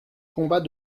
combat